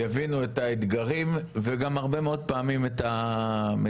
יבינו את האתגרים וגם הרבה מאוד פעמים את המצוקות.